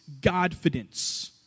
godfidence